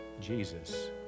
Jesus